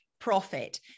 profit